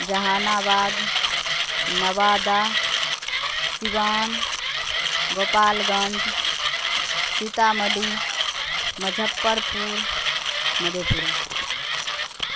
جہان آباد Nawada Siwan Gopalganj Sitamarhi Muzaffarpur مدھے پورہ